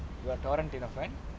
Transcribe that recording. you are tarantino fan